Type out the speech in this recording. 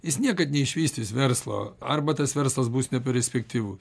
jis niekad neišvystys verslo arba tas verslas bus neperspektyvus